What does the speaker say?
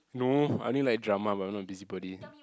no I only like drama but I'm not a busybody